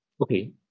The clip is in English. Okay